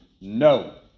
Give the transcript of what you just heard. No